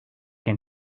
can